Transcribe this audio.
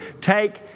take